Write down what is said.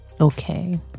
Okay